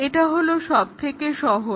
এটা হলো সবথেকে সহজ